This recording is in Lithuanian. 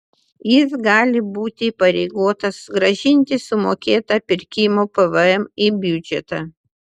jis gali būti įpareigotas grąžinti sumokėtą pirkimo pvm į biudžetą